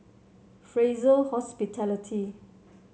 Fraser Hospitality